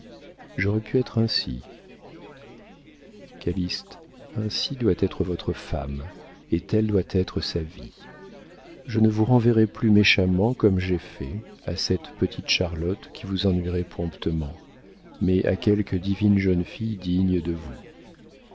j'aurais pu être ainsi calyste ainsi doit être votre femme et telle doit être sa vie je ne vous renverrai plus méchamment comme j'ai fait à cette petite charlotte qui vous ennuierait promptement mais à quelque divine jeune fille digne de vous